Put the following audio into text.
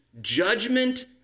judgment